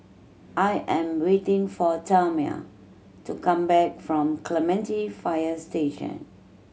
I am waiting for Tamia to come back from Clementi Fire Station